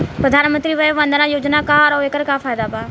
प्रधानमंत्री वय वन्दना योजना का ह आउर एकर का फायदा बा?